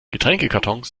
getränkekartons